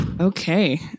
Okay